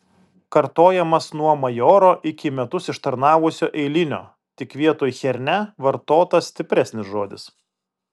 kartojamas nuo majoro iki metus ištarnavusio eilinio tik vietoj chiernia vartotas stipresnis žodis